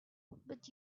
but